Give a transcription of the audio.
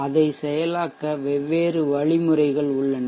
அதை செயலாக்க வெவ்வேறு வழிமுறைகள் உள்ளன